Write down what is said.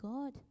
God